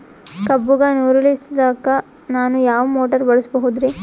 ಕಬ್ಬುಗ ನೀರುಣಿಸಲಕ ನಾನು ಯಾವ ಮೋಟಾರ್ ಬಳಸಬಹುದರಿ?